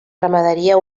ramaderia